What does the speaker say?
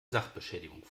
sachbeschädigung